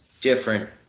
different